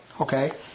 okay